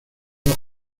dos